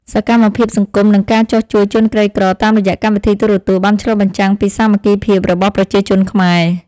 សកម្មភាពសង្គមនិងការចុះជួយជនក្រីក្រតាមរយៈកម្មវិធីទូរទស្សន៍បានឆ្លុះបញ្ចាំងពីសាមគ្គីភាពរបស់ប្រជាជនខ្មែរ។